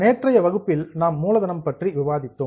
நேற்றைய வகுப்பில் நாம் மூலதனம் பற்றி விவாதித்தோம்